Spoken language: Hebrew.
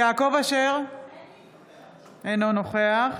אינו נוכח